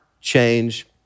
change